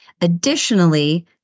Additionally